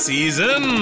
Season